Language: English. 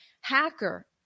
hacker